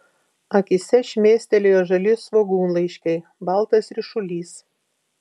akyse šmėstelėjo žali svogūnlaiškiai baltas ryšulys